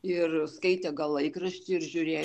ir skaitė gal laikraštį ir žiūrėjo